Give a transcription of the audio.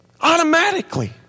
automatically